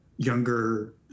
younger